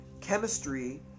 chemistry